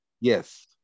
Yes